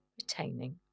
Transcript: retaining